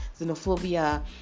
xenophobia